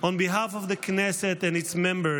and its Members,